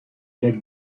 lac